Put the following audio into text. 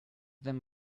them